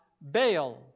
Baal